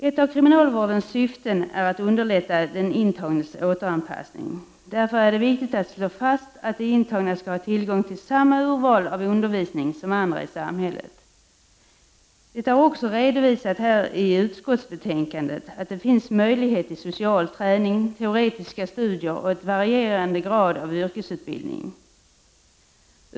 Ett av kriminalvårdens syften är att underlätta den intagnes återanpassning. Därför är det viktigt att slå fast att de intagna skall ha tillgång till samma urval av undervisning som andra i samhället. Det är också redovisat här i utskottsbetänkandet att det finns möjlighet till social träning, teoretiska studier och en varierande grad av yrkesutbildning.